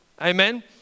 Amen